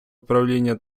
управління